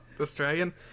Australian